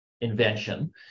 invention